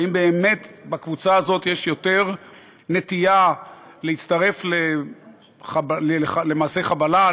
האם באמת בקבוצה הזאת יש יותר נטייה להצטרף למעשי חבלה,